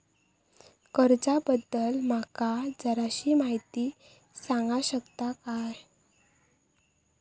कर्जा बद्दल माका जराशी माहिती सांगा शकता काय?